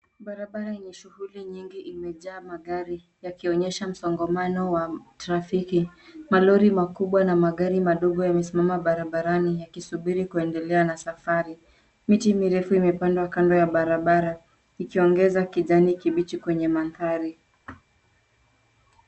Barabara yenye shughuli nyingi imejaa magari yakionyesha msongamano wa trafiki, malori makubwa na magari madogo yamesimama barabarani yakisubiri kwendelea na safari, miti mirefu imepandwa kando ya barabara, ikiongeza kijani kibichi kwenye manthari.